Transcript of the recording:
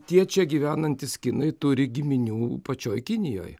tie čia gyvenantys kinai turi giminių pačioj kinijoje